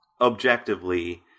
objectively